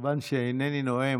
כיוון שאינני נואם,